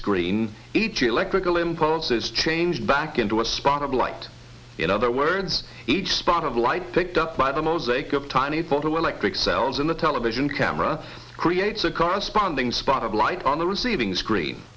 screen each electrical impulses change back into a spot of light in other words each spot of light picked up by the mosaic of tiny photoelectric cells in the television camera creates a corresponding spot of light on the receiving screen